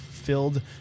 filled